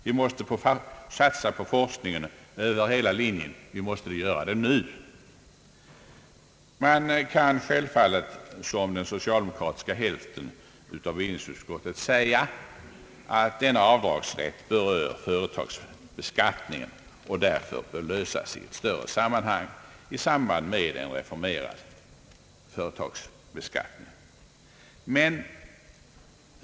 Vi måste satsa på forskning över hela linjen och vi måste göra det nu. Man kan självfallet säga som den socialdemokratiska hälften av bevillningsutskottet, att frågan om denna avdragsrätt berör företagsbeskattningen och därför bör lösas i ett större sammanhang i samband med en reformering av denna beskattning.